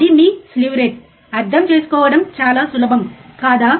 అది మీ slew rate అర్థం చేసుకోవడం చాలా సులభం కాదా